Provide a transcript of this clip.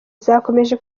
zakomeje